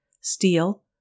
steel